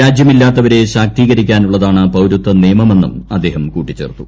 രാജ്യമില്ലാത്തവരെ ശാക്തീകരിക്കാനുള്ളതാണ് പ്ൌരത്വ നിയമമെന്നും അദ്ദേഹം കൂട്ടിച്ചേർത്തു